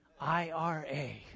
I-R-A